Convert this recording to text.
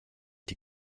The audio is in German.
die